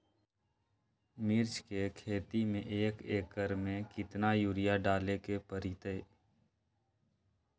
मिर्च के खेती में एक एकर में कितना यूरिया डाले के परतई?